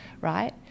right